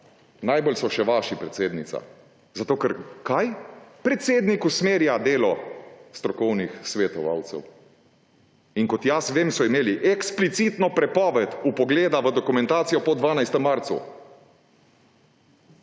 najbolj so še vaši, predsednica. Zato ker – kaj? Predsednik usmerja delo strokovnih svetovalcev. In kot jaz vem, so imeli eksplicitno prepoved vpogleda v dokumentacijo po 12. marcu.